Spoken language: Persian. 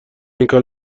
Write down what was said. اینکار